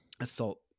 assault